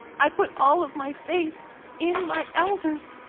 i put all of my faith in my elders.